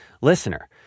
listener